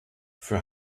für